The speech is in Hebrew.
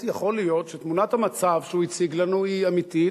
יכול להיות שתמונת המצב שהוא הציג לנו היא אמיתית,